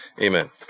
Amen